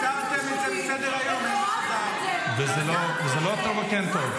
שרק נסיים את המשפט, ואז נשמע את ההפגנות.